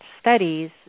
studies